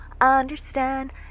understand